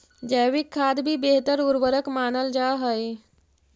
जैविक खाद भी बेहतर उर्वरक मानल जा हई